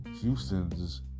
Houston's